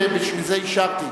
ובשביל זה אישרתי.